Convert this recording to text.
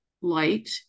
light